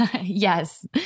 Yes